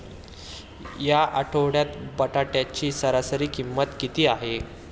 या आठवड्यात बटाट्याची सरासरी किंमत किती आहे?